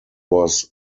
was